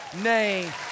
name